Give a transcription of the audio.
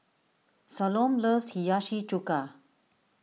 Salome loves Hiyashi Chuka